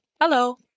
hello